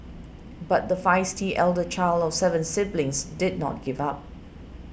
but the feisty elder child of seven siblings did not give up